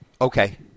Okay